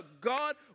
God